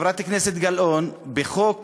חברת הכנסת גלאון, בחוק